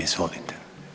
Izvolite.